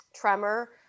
tremor